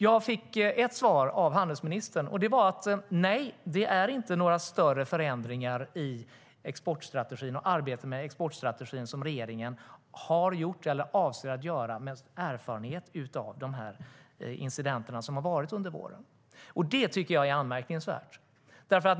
Jag fick ett svar av handelsministern: Nej, det är inte några större förändringar i exportstrategin som regeringen har gjort eller avser att göra med erfarenhet av incidenterna under våren. Det tycker jag är anmärkningsvärt.